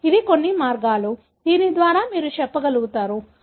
కాబట్టి ఇది కొన్ని మార్గాలు దీని ద్వారా మీరు చెప్పగలుగుతారు